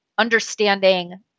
understanding